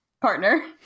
partner